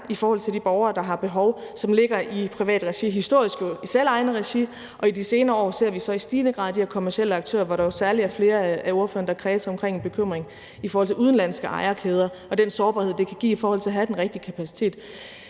i forhold til de borgere, der har et behov, som ligger i privat regi. Historisk har det været i selvejende regi, og i de senere år har vi så i stigende grad set de her kommercielle aktører, hvor der er flere af ordførerne, der særlig kredser omkring en bekymring i forhold til udenlandske ejerkæder og den sårbarhed, det kan give i forhold til at have den rigtige kapacitet.